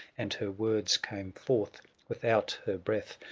and her words came forth without her breath,